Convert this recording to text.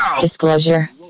Disclosure